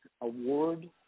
award